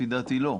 לפי דעתי לא.